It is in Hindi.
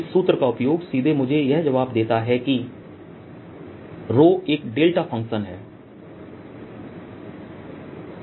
इस सूत्र का उपयोग सीधे मुझे यह जवाब देता है कि एक डेल्टा फ़ंक्शनDelta Function0 है